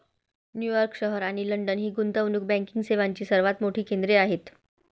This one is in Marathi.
न्यूयॉर्क शहर आणि लंडन ही गुंतवणूक बँकिंग सेवांची सर्वात मोठी केंद्रे आहेत